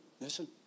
listen